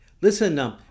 listen